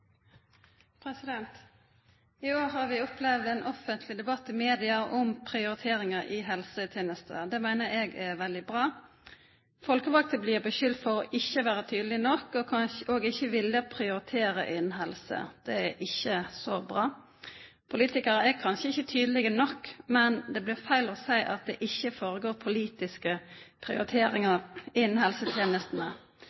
I år har vi opplevd en offentlig debatt i media om prioriteringer i helsetjenesten. Det mener jeg er veldig bra. Folkevalgte blir beskyldt for ikke å være tydelige nok, og ikke vil prioritere innen helse. Det er ikke så bra. Politikere er kanskje ikke tydelige nok, men det blir feil å si at det ikke foregår politiske